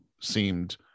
seemed